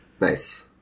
Nice